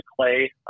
clay